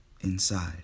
inside